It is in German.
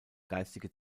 geistige